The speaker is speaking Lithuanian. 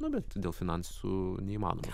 nu bet dėl finansų neįmanoma